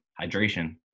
hydration